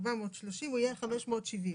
430 שקל יהיה 570 שקל.